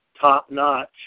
top-notch